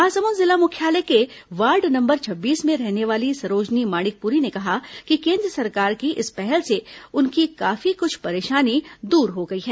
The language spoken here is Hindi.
महासमुंद जिला मुख्यालय के वार्ड नंबर छब्बीस में रहने वाली सरोजनी माणिकपुरी ने कहा कि केन्द्र सरकार की इस पहल से उनकी काफी कुछ परेशानी दूर हो गई है